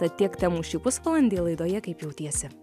tad tiek temų šį pusvalandį laidoje kaip jautiesi